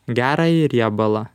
gerąjį riebalą